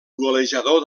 golejador